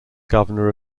governor